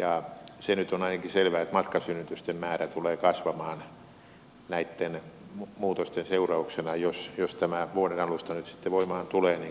ja se nyt on ainakin selvää että matkasynnytysten määrä tulee kasvamaan näitten muutosten seurauksena jos tämä vuoden alusta nyt sitten voimaan tulee niin kuin päätetty on